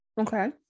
okay